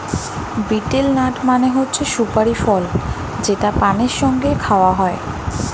betel nut মানে হচ্ছে সুপারি ফল যেটা পানের সঙ্গে খাওয়া হয়